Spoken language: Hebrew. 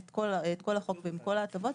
את כל החוק ועם כל ההטבות,